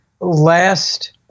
last